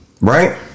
Right